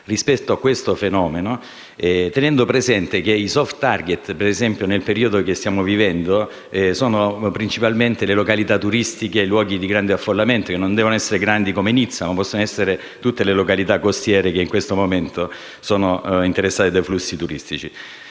rispetto a questo fenomeno, tenendo presente che i *soft target* - per esempio - nel periodo che stiamo vivendo, sono principalmente le località turistiche, i luoghi di grande affollamento - che non devono essere grandi come Nizza - ma anche tutte le località costiere che in questo momento sono interessate da flussi turistici?